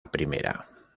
primera